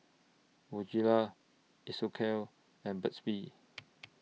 Bonjela Isocal and Burt's Bee